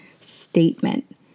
statement